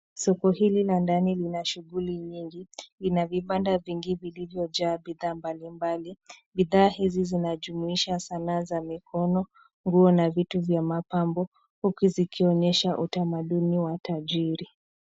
Soko hili la ndani lina shuguli nyingi, lina vibanda vingi vilivyojaa bidhaa mbalimbali. Bidhaa hizi zinajumuisha sanaa za mikono, nguo na vitu vya mapambo huku zikionyesha utamaduni wa tajiri.